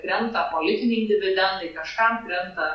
krenta politiniai dividendai kažkam krenta